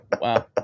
Wow